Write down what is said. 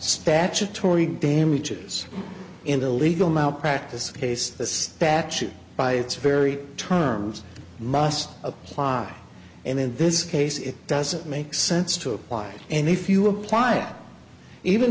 statutory damages in the legal malpractise case the statute by its very terms must apply and in this case it doesn't make sense to apply and if you apply even